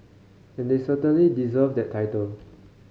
and they certainly deserve that title